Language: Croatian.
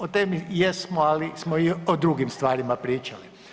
O temi jesmo, ali smo i o drugim stvarima pričali.